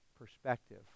perspective